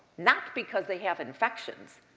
not because they have infections.